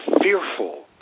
fearful